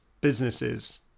businesses